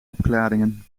opklaringen